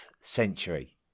century